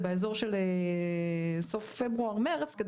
כן,